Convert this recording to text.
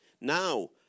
Now